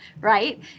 right